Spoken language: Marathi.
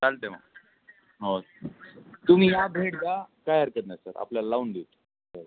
चालतं आहे मग हो तुम्ही या भेट द्या काही हरकत नाही सर आपल्याला लावून देऊ ते हो